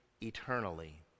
eternally